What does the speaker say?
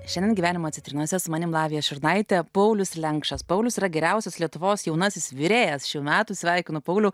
šiandien gyvenimo citrinose su manim lavija šurnaite paulius lenkšas paulius yra geriausias lietuvos jaunasis virėjas šių metų sveikinu paulių